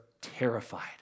terrified